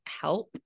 help